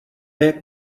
jak